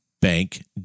bank